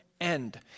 end